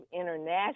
international